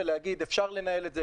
להגיד: אפשר לנהל את זה,